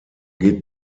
geht